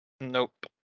Nope